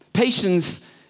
Patience